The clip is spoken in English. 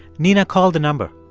nina called the number.